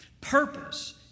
Purpose